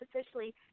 officially